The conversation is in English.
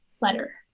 letter